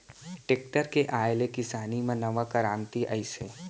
tractor के आए ले किसानी म नवा करांति आइस हे